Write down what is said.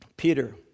Peter